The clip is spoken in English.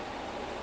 ya